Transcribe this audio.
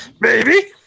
baby